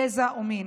גזע ומין.